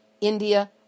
India